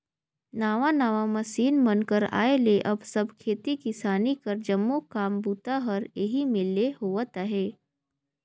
नावा नावा मसीन मन कर आए ले अब सब खेती किसानी कर जम्मो काम बूता हर एही मे ले होवत अहे